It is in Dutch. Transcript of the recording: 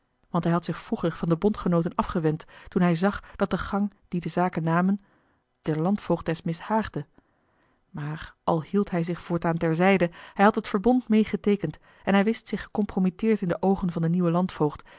want hij had zich vroeger van de bondgenooten afgewend toen hij zag dat de gang dien de zaken namen der landvoogdes mishaagde maar al hield hij zich voortaan terzijde hij had het verbond meê geteekend en hij wist zich gecompromitteerd in de oogen van den nieuwen